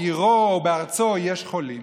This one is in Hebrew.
בעירו או בארצו יש חולים.